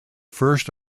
first